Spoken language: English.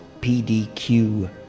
PDQ